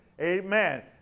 Amen